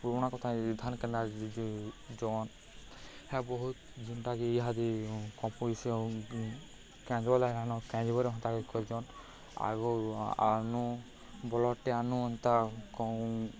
ପୁରୁଣା କଥା ଧାନ୍ କେନ୍ତା ଯେନ୍ ହେ ବହୁତ୍ ଯେନ୍ଟାକି ଇହାଦେ ଲାଗାନ ହନ୍ତା କଜନ୍ ଆଗ୍ରୁ ଆନୁ ବଲଦ୍ଟେ ଆନୁ ହେନ୍ତା କମ୍